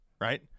Right